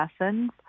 lessons